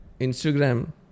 Instagram